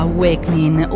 Awakening